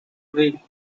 free